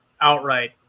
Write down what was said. outright